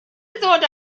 ddod